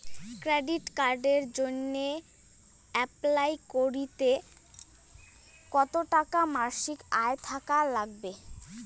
Credit কার্ডের জইন্যে apply করিতে কতো টাকা মাসিক আয় থাকা নাগবে?